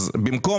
בסעיף 5, במקום